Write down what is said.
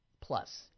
plus